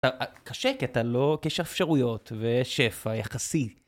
קשה כי אתה לא... כי יש אפשרויות, ושפע יחסי